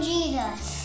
Jesus